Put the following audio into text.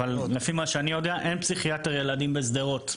לפי מה שאני יודע אין פסיכיאטר ילדים בשדרות.